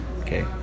okay